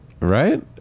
right